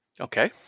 Okay